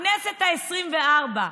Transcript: בכנסת העשרים-וארבע,